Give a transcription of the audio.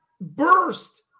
burst